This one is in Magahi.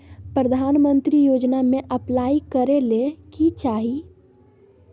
प्रधानमंत्री योजना में अप्लाई करें ले की चाही?